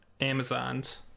Amazon's